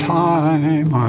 time